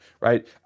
Right